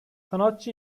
sanatçı